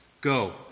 Go